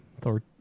Thor